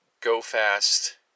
go-fast